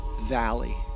valley